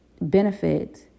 benefit